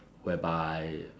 whereby